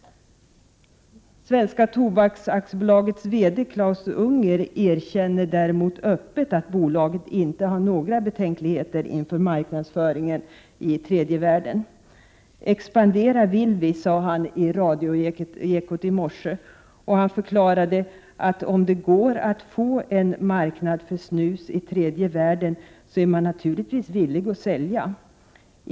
Svenska Tobaks AB:s VD, Klaus Unger, erkänner däremot öppet att bolaget inte har några betänkligheter inför marknadsföringen i tredje världen. ”Expandera vill vi”, sade han i radioekot i morse. Och han förklarade, att om det går att få en marknad för snus i tredje världen så är man naturligtvis villig att sälja.